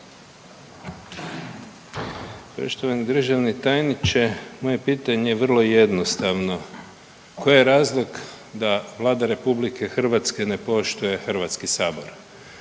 Poštovani državni tajniče, moje pitanje je vrlo jednostavno. Koji je razlog da Vlada RH ne poštuje HS? Mi smo